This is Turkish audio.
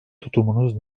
tutumunuz